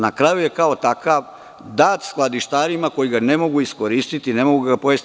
Na kraju je kao takav dat skladištarima koji ga ne mogu iskoristiti, ne mogu ga pojesti.